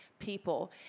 people